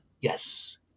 Yes